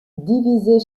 divisées